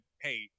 hey